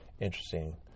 interesting